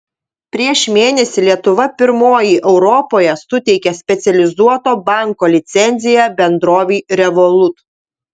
prieš mėnesį lietuva pirmoji europoje suteikė specializuoto banko licenciją bendrovei revolut